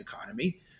economy